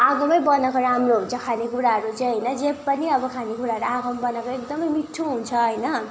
आगोमै बनाएको राम्रो हुन्छ खानेकुराहरू चाहिँ होइन जे पनि अब खानेकुराहरू आगोमा बनाएकै एकदमै मिठो हुन्छ होइन